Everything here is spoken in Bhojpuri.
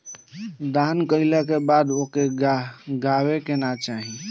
दान कइला के बाद ओके गावे के ना चाही